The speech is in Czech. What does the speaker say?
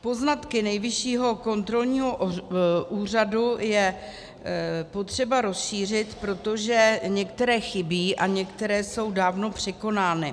Poznatky Nejvyššího kontrolního úřadu je potřeba rozšířit, protože některé chybí a některé jsou dávno překonány.